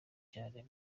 cyane